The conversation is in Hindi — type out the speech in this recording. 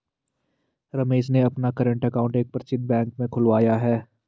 रमेश ने अपना कर्रेंट अकाउंट एक प्रसिद्ध बैंक में खुलवाया है